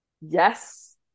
yes